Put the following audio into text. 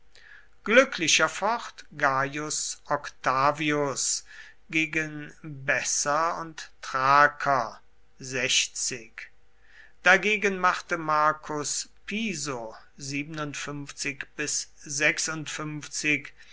focht gaius octavius gegen besser und thraker dagegen machte marcus piso